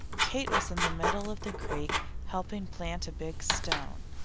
kate was in the middle of the creek helping plant a big stone.